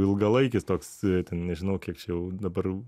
ilgalaikis toks itin nežinau kiek čia jau dabar